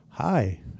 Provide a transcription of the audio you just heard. Hi